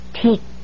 take